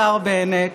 השר בנט,